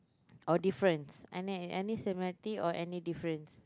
or difference any any similarity or any difference